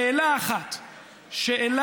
שאלה אחת בלבד: